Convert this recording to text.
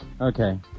Okay